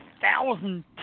thousand